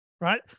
right